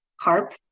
CARP